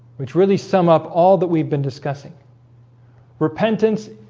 which really sum up all that. we've been discussing repentance,